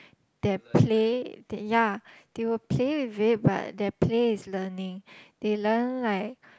they'll play they ya they will play with it but their play is learning they learn like